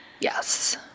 yes